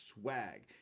swag